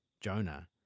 Jonah